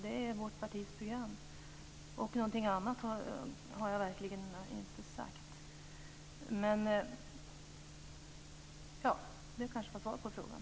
Det står i vårt partiprogram. Någonting annat har jag verkligen inte sagt. Det kanske var svaret på frågan.